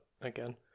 again